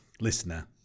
listener